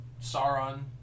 Sauron